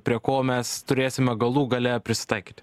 prie ko mes turėsime galų gale prisitaikyti